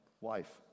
Wife